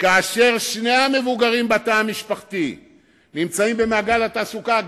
כאשר שני המבוגרים בתא המשפחתי נמצאים במעגל התעסוקה,